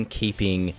keeping